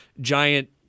giant